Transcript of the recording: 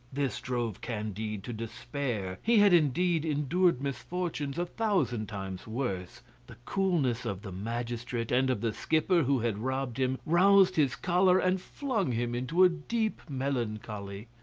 this drove candide to despair he had, indeed, endured misfortunes a thousand times worse the coolness of the magistrate and of the skipper who had robbed him, roused his choler and flung him into a deep melancholy.